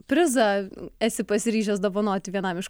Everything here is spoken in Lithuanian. prizą esi pasiryžęs dovanoti vienam iš